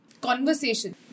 conversation